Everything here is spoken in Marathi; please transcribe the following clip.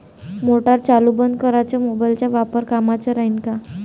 मोटार चालू बंद कराच मोबाईलचा वापर कामाचा राहीन का?